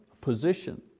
position